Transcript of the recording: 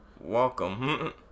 welcome